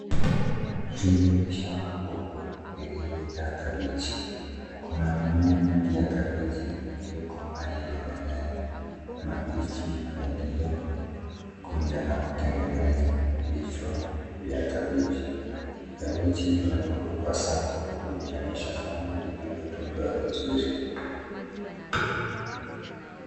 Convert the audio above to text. Hilinni shamba kubwa lililojaa kabeji. Kuna mimea mingi ya kabeji iliyokomaa yenye msjsninmabichi yaliyokunja na kutegeneza vichwa vya kabeji. Kabeji zimepangwa kwa safu zikionyesha shamba lililotunzwa vizuri.